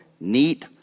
neat